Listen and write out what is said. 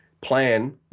plan